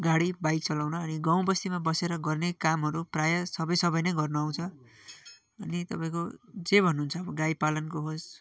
गाडी बाइक चलाउन अनि गाउँ बस्तीमा बसेर गर्ने कामहरू प्रायः सबै सबै नै गर्नु आउँछ अनि तपाईँको जे भन्नुहुन्छ अब गाई पालनको होस्